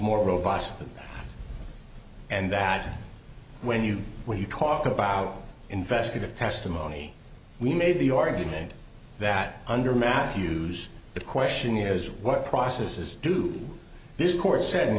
more robust and that when you when you talk about investigative testimony we made the argument that under matthews the question is what processes do this court said in the